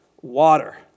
Water